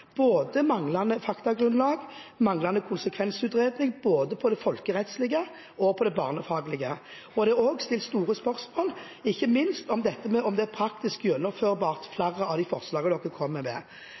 både manglende faktagrunnlag og manglende konsekvensutredning, både på det folkerettslige og på det barnefaglige, og det er ikke minst satt et stort spørsmålstegn ved om flere av de forslagene dere kommer med, er praktisk